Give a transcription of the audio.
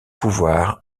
pouvoir